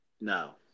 No